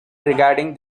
regarding